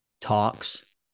talks